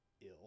ill